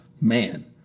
Man